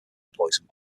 poisoned